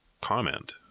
comment